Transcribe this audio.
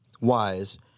wise